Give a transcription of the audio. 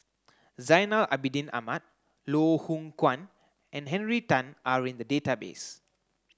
Zainal Abidin Ahmad Loh Hoong Kwan and Henry Tan are in the database